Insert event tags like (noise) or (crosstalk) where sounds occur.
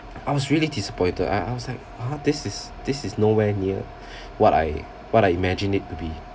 I was really disappointed I I was like ha this is this is nowhere near (breath) what I what I imagined it to be